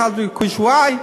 אחת בכביש y.